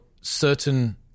certain